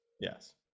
Yes